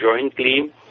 jointly